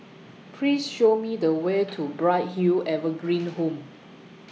Please Show Me The Way to Bright Hill Evergreen Home